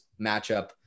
matchup